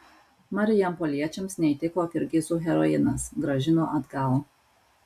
marijampoliečiams neįtiko kirgizų heroinas grąžino atgal